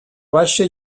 baixa